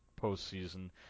postseason